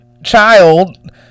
Child